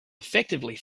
effectively